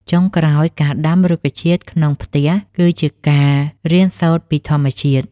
ចុងក្រោយ ការដាំរុក្ខជាតិក្នុងផ្ទះគឺជាការរៀនសូត្រពីធម្មជាតិ។